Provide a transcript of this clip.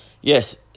yes